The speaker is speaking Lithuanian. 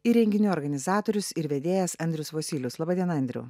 ir renginių organizatorius ir vedėjas andrius vosylius laba diena andriau